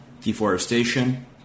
Deforestation